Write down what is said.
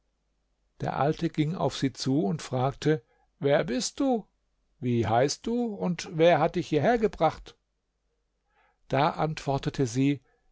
der alte ging auf sie zu und fragte wer bist du wie heißt du wer hat dich hierher gebracht da antwortete sie